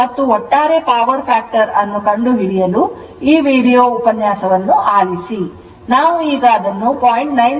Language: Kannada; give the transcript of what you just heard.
ಮತ್ತು ಒಟ್ಟಾರೆ ಪವರ್ ಫ್ಯಾಕ್ಟರ್ ಅನ್ನು ಕಂಡುಹಿಡಿಯಲು ಈ ವೀಡಿಯೊ ಉಪನ್ಯಾಸವನ್ನು ಆಲಿಸಿ ಈಗ ನಾವು ಅದನ್ನು 0